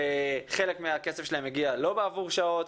חלק מהכסף שלהם מגיע לא בעבור שעות.